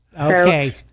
Okay